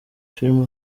filime